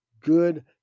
good